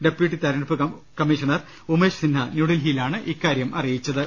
deputy തെരഞ്ഞെടുപ്പ് commissioner Umesh Sinha ന്യൂഡൽഹിയിലാണ് ഇക്കാര്യം അറിയിച്ചത്